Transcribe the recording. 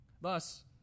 Thus